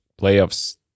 playoffs